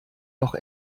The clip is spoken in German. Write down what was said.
noch